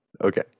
Okay